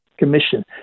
Commission